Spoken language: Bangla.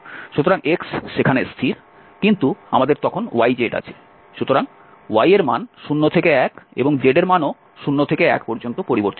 সুতরাং x সেখানে স্থির কিন্তু আমাদের তখন yz আছে সুতরাং y এর মান 0 থেকে 1 এবং z এর মানও 0 থেকে 1 পর্যন্ত পরিবর্তিত হয়